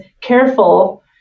careful